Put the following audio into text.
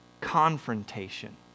Confrontation